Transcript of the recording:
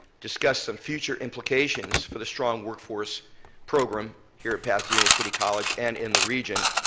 discuss some future implications for the strong workforce program here at pasadena city college and in the region.